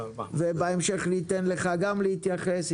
אם יש לך זמן, ניתן לך בהמשך להתייחס.